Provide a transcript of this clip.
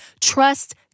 trust